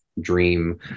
dream